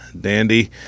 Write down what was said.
Dandy